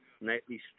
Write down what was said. nightly